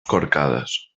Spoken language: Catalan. corcades